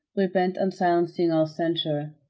were bent on silencing all censure.